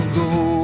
go